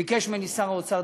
ביקש ממני שר האוצר,